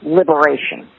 liberation